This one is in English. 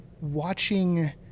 watching